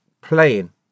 playing